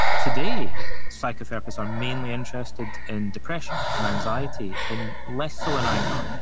today, psychotherapists are mainly interested in depression and anxiety, and less so in anger.